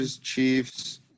Chiefs